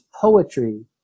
poetry